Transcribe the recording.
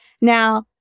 now